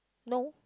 no